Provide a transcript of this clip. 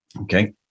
Okay